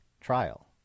trial